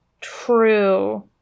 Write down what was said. True